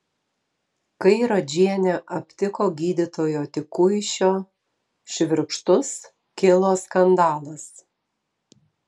kai radžienė aptiko gydytojo tikuišio švirkštus kilo skandalas